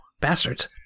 bastards